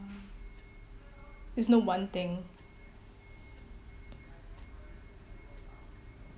there's no one thing